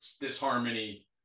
disharmony